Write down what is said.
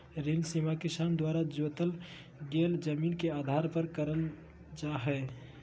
ऋण सीमा किसान द्वारा जोतल गेल जमीन के आधार पर तय करल जा हई